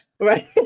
right